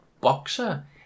boxer